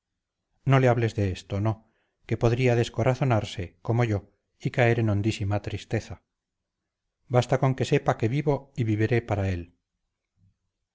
no le hables de esto no que podría descorazonarse como yo y caer en hondísima tristeza basta con que sepa que vivo y viviré para él